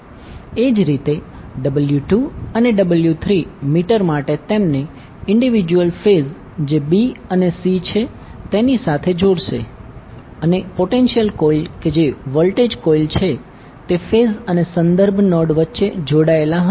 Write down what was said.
એ જ રીતે W2અને W3 મીટર માટે તેમને ઈન્ડીવિડ્યુઅલ ફેઝ જે b અને c છે તેની સાથે જોડશે અને પોટેન્શિયલ કોઇલ કે જે વોલ્ટેજ કોઇલ છે તે ફેઝ અને સંદર્ભ નોડ વચ્ચે જોડાયેલા હશે